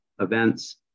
events